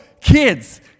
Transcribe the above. kids